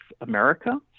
America